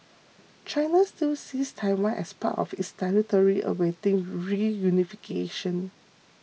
China still sees Taiwan as part of its territory awaiting reunification